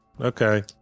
okay